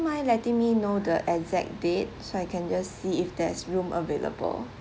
mind letting me know the exact date so I can just see if there's room available